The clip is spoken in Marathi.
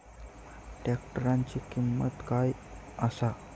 ट्रॅक्टराची किंमत काय आसा?